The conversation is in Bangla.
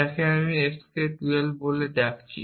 যাকে আমি sk 12 বলে ডাকছি